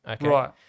Right